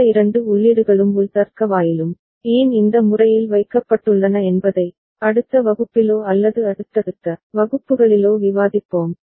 இந்த இரண்டு உள்ளீடுகளும் உள் தர்க்க வாயிலும் ஏன் இந்த முறையில் வைக்கப்பட்டுள்ளன என்பதை அடுத்த வகுப்பிலோ அல்லது அடுத்தடுத்த வகுப்புகளிலோ விவாதிப்போம்